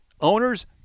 owners